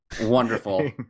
Wonderful